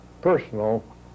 personal